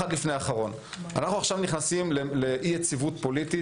אנחנו נכנסים עכשיו לאי יציבות פוליטית